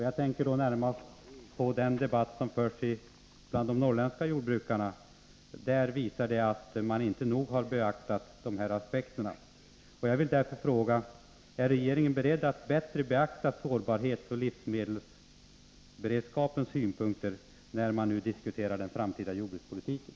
Jag tänker då närmast på den debatt som förs bland de norrländska jordbrukarna och som visar att man inte nog har beaktat dessa aspekter. Jag vill därför fråga: Är regeringen beredd att bättre beakta sårbarhetsoch livsmedelsberedskapssynpunkter när man nu diskuterar den framtida jordbrukspolitiken?